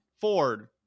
Ford